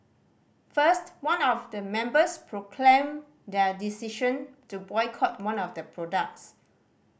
first one of the members proclaimed their decision to boycott one of the products